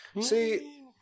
see